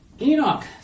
Enoch